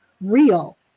real